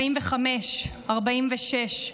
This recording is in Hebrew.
45, 46,